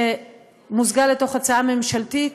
שמוזגה לתוך הצעה ממשלתית,